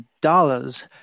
dollars